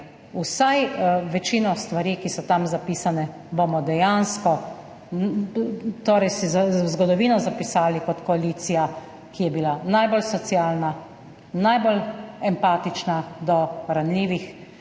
vsaj večino stvari, ki so tam zapisane, se bomo dejansko v zgodovino zapisali kot koalicija, ki je bila najbolj socialna, najbolj empatična do ranljivih,